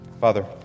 Father